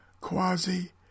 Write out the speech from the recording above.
Quasi